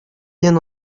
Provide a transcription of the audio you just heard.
bien